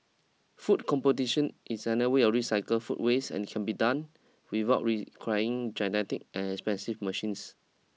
food competition is way of recycle food waste and can be done without requiring and expensive machines